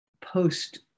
post